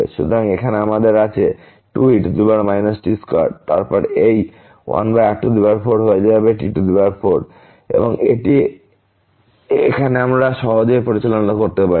সুতরাং এখানে আমাদের আছে 2e t2 এবং তারপর এই 1r4 হয়ে যাবে t4 এবং এটি এখন আমরা সহজেই পরিচালনা করতে পারি